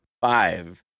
five